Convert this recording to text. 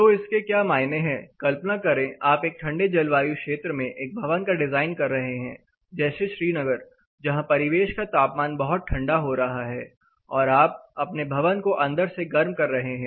तो इसके क्या मायने हैं कल्पना करें आप एक ठंडे जलवायु क्षेत्र में एक भवन का डिजाइन कर रहे हैं जैसे श्रीनगर जहां परिवेश का तापमान बहुत ठंडा हो रहा है और आप अपने भवन को अंदर से गर्म कर रहे हैं